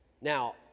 Now